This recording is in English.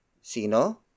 Sino